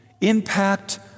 impact